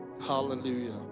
Hallelujah